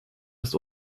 ist